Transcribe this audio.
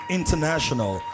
international